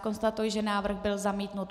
Konstatuji, že návrh byl zamítnut.